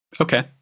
Okay